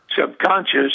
subconscious